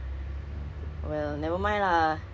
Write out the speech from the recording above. nevermind lah